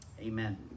Amen